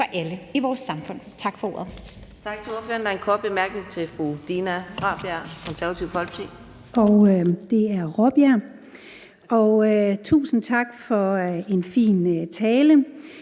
for alle i vores samfund. Tak for ordet.